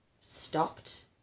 stopped